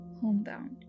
homebound